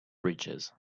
breeches